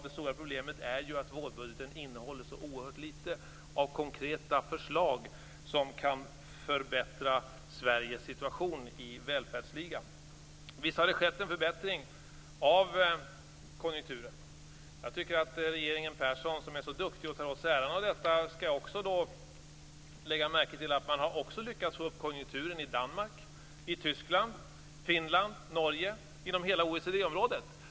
Det stora problemet är att vårbudgeten innehåller så oerhört litet av konkreta förslag som kan förbättra Sveriges situation i välfärdsligan. Visst har det skett en förbättring av konjunkturen. Jag tycker att regeringen Persson, som är så duktig och tar åt sig äran av detta, också skall lägga märke till att man även har lyckats få upp konjunkturen i OECD-området.